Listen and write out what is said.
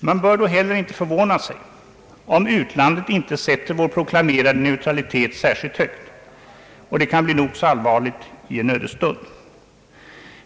Man bör då heller inte förvåna sig om utlandet inte sätter vår proklamerade neutralitet särskilt högt. Och detta kan bli nog så allvarligt i en ödesstund.